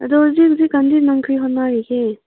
ꯑꯗꯨ ꯍꯧꯖꯤꯛ ꯍꯧꯖꯤꯛ ꯀꯥꯟꯗꯤ ꯅꯪ ꯀꯔꯤ ꯍꯣꯠꯅꯔꯤꯒꯦ